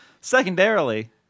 Secondarily